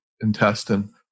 intestine